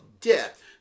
death